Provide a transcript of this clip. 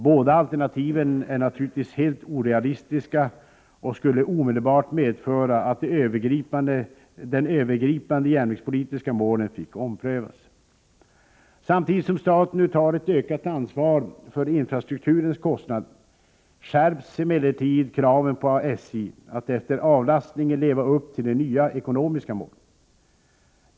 Båda alternativen är naturligtvis helt orealistiska och skulle omedelbart medföra att de övergripande järnvägspolitiska målen fick omprövas. Samtidigt som staten nu tar ett ökat ansvar för infrastrukturens kostnader skärps emellertid kraven på SJ att efter avlastningen leva upp till de nya ekonomiska målen.